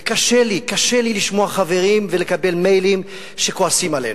וקשה לי לשמוע חברים ולקבל מיילים שכועסים עלינו,